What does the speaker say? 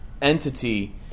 entity